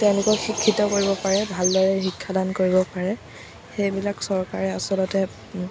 তেওঁলোকক শিক্ষিত কৰিব পাৰে ভালদৰে শিক্ষাদান কৰিব পাৰে সেইবিলাক চৰকাৰে আচলতে